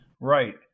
Right